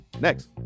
Next